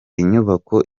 inyubako